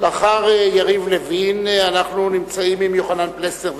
לאחר יריב לוין אנחנו נמצאים עם יוחנן פלסנר,